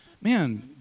man